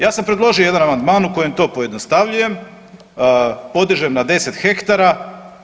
Ja sam predložio jedan amandman u kojem to pojednostavljujem, podižem na 10 hektara.